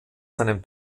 seinem